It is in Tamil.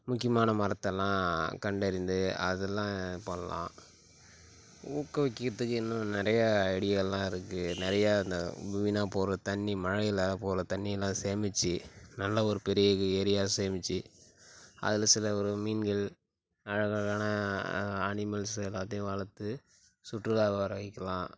முக்கியமான மரத்தலாம் கண்டறிந்து அதுலாம் பண்லாம் ஊக்குவிக்கிறதுக்கு இன்னும் நிறையா ஐடியாலாம் இருக்குது நிறையா அந்த வீணாப்போகிற தண்ணி மழையில் போகிற தண்ணியெல்லாம் சேமிச்சு நல்ல ஒரு பெரிய ஏரியா சேமிச்சு அதில் சில ஒரு மீன்கள் அழகழகான அனிமல்ஸ்சு எல்லாத்தையும் வளர்த்து சுற்றுலா வரவைக்கலாம்